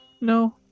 No